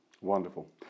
Wonderful